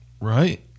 right